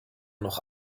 noch